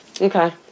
Okay